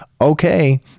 okay